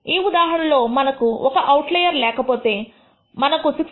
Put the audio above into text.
ఈ ఉదాహరణలో మనకు ఒక అవుట్లయర్ లేకపోతే మనకు 6